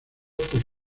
por